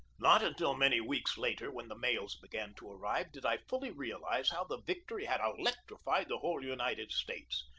not until many weeks later, when the mails began to arrive, did i fully realize how the victory had elec trified the whole united states.